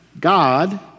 God